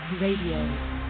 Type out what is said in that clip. Radio